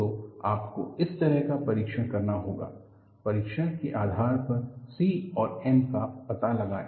तो आपको इस तरह का परीक्षण करना होगा परीक्षण के आधार पर c और m का पता लगाएं